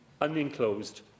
unenclosed